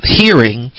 hearing